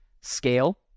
scale